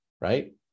right